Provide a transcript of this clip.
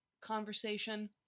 conversation